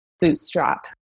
bootstrap